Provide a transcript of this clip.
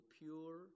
pure